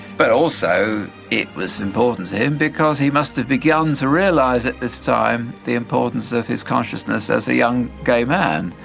but also it was important to him because he must have begun to realise at this time the importance of his consciousness as a young gay man,